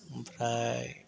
ओमफ्राय